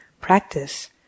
practice